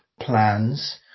plans